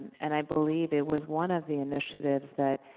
and i believe it was one of the initiatives that,